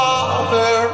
Father